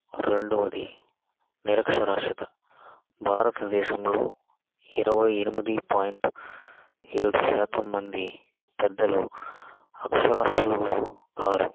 రెండవది నిరక్షరాస్యత భారతదేశంలో ఇరవై ఎనిమిది పాయింట్ ఏడు శాతం మంది పెద్దలు అక్షరాస్యులు కారు